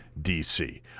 DC